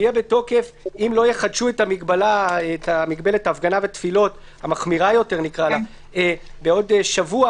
ואם לא יחדשו את מגבלת ההפגנה והתפילות המחמירה יותר בעוד שבוע,